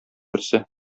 берсе